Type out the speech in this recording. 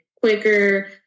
quicker